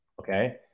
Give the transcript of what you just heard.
Okay